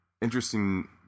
Interesting